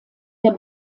der